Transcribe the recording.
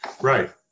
Right